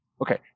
Okay